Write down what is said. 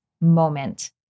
moment